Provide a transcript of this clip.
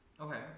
okay